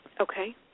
Okay